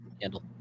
handle